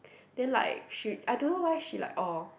then like she I don't know why she like orh